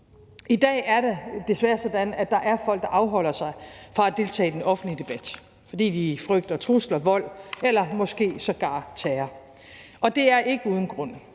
I dag er det desværre sådan, at der er folk, der afholder sig fra at deltage i den offentlige debat, fordi de frygter trusler, vold eller måske sågar terror, og det er ikke uden grund.